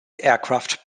aircraft